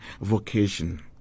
vocation